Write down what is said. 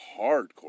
Hardcore